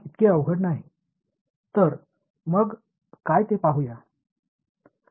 எனவே அது என்ன என்பதை பார்ப்போம்